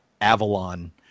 Avalon